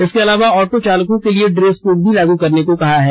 इसके अलावा ऑटो चालकों के लिए ड्रेस कोड भी लागू करने को कहा है